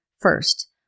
first